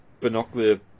binocular